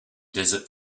desert